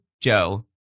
Joe